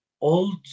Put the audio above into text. old